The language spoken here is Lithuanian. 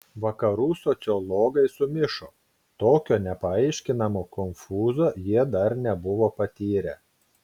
vakarų sociologai sumišo tokio nepaaiškinamo konfūzo jie dar nebuvo patyrę